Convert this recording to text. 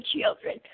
children